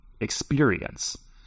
experience